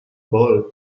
bottle